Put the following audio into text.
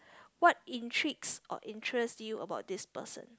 what intrigues or interests you about this person